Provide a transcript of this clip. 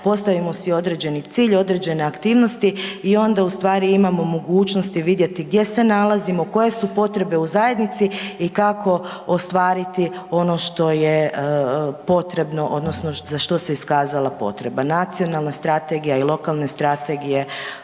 postavimo si određeni cilj, određene aktivnosti i onda ustvari imamo mogućnosti vidjeti gdje se nalazimo, koje su potrebe u zajednici i kako ostvariti ono što je potrebno odnosno za što se iskazala potreba. Nacionalna strategija i lokalne strategije